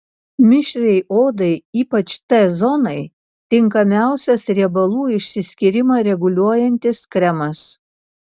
mišriai odai ypač t zonai tinkamiausias riebalų išsiskyrimą reguliuojantis kremas